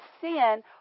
sin